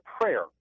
prayer